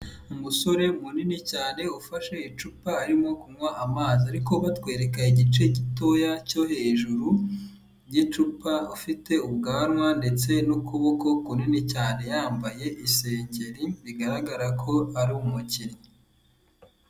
Umusore munini cyane ufashe icupa arimo kunywa amazi ariko atwereka igice gitoya cyo hejuru y'icupa, ufite ubwanwa ndetse n'ukuboko kunini cyane yambaye isengeri bigaragara ko ari umukinnyi.